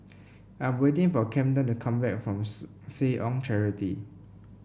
I'm waiting for Camden to come back from Seh Ong Charity